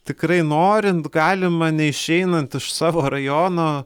tikrai norint galima neišeinant iš savo rajono